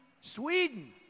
Sweden